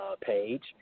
page